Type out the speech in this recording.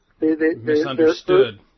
Misunderstood